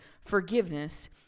forgiveness